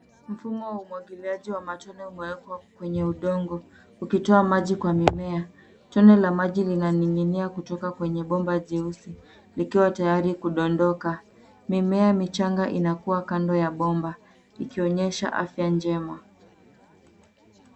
Mfumo wa umwagiliaji wa matone umewekwa kwenye udongo, ukitoa maji kwa mimea. Tone la maji linaning'inia kutoka kwenye bomba jeusi, likiwa tayari kudondoka. Mimea michanga inakua kando ya bomba, ikionyesha afya njema.